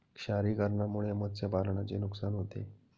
क्षारीकरणामुळे मत्स्यपालनाचे नुकसान होते